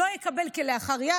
הוא לא יקבל כלאחר יד,